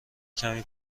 کمی